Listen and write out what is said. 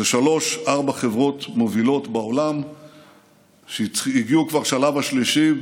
אלה שלוש-ארבע חברות מובילות בעולם שהגיעו כבר לשלב השלישי,